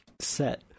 Set